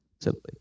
simply